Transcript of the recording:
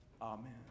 Amen